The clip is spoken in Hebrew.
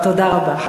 תודה רבה.